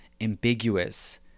ambiguous